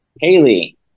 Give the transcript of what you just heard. Haley